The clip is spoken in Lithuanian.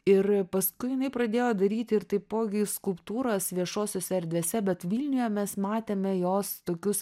ir paskui jinai pradėjo daryti ir taipogi skulptūras viešosiose erdvėse bet vilniuje mes matėme jos tokius